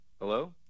Hello